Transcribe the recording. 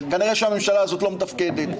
כנראה שהממשלה הזאת לא מתפקדת,